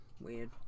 weird